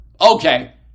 Okay